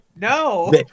No